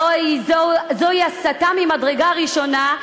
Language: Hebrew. הרי זוהי הסתה ממדרגה ראשונה,